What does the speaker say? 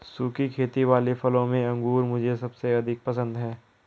सुखी खेती वाले फलों में अंगूर मुझे सबसे अधिक पसंद है